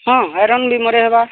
ହଁ ଆଇରନ୍ ବି ମରେଇ ହେବା